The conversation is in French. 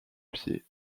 pied